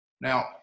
Now